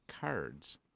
Cards